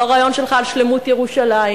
לא הרעיון שלך על שלמות ירושלים,